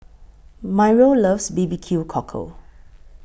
Myrl loves B B Q Cockle